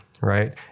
right